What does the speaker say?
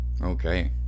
okay